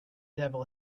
devil